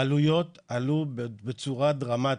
העלויות עלו בצורה דרמטית,